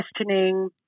questioning